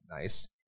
nice